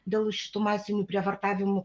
dėl šitų masinių prievartavimų